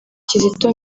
kizito